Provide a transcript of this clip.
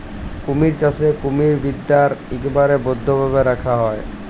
কুমির চাষে কুমিরদ্যার ইকবারে বদ্ধভাবে রাখা হ্যয়